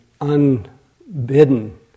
unbidden